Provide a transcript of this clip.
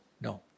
No